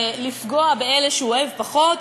לפגוע באלה שהוא אוהב פחות,